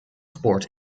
sports